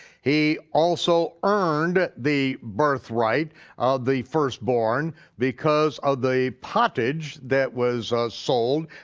he also earned the birth rite of the firstborn because of the pottage that was sold,